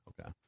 Okay